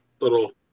little